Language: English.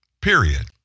period